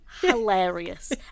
hilarious